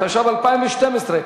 התשע"ב 2012,